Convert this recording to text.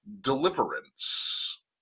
deliverance